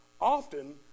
often